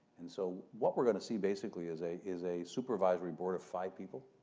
and so, what we're going to see, basically, is a is a supervisory board of five people